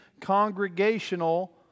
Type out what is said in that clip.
congregational